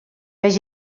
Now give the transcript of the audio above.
més